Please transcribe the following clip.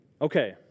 Okay